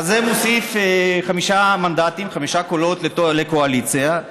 אז זה מוסיף חמישה מנדטים, חמישה קולות לקואליציה.